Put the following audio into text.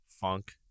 funk